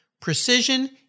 precision